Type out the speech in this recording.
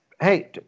Hey